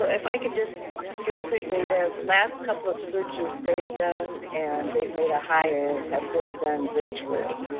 if i could just you know quickly, the last couple of searches they've done and they've made a hire have been done virtually.